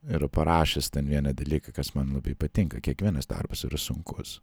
yra parašęs ten vieną dalyką kas man labai patinka kiekvienas darbas yra sunkus